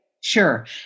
Sure